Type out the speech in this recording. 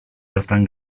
hartan